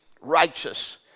righteous